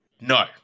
No